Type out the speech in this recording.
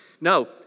No